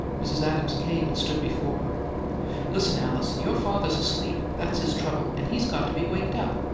mrs. adams came and stood before her. listen, alice your father's asleep that's his trouble, and he's got to be waked up.